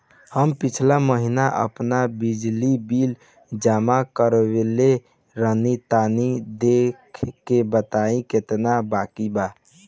हम पिछला महीना आपन बिजली बिल जमा करवले रनि तनि देखऽ के बताईं केतना बाकि बा?